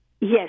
Yes